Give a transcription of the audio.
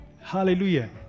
hallelujah